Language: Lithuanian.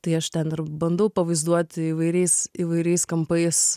tai aš ten ir bandau pavaizduoti įvairiais įvairiais kampais